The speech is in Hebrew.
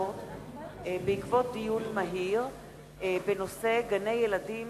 והספורט בעקבות דיון מהיר בנושא: גני-ילדים